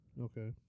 okay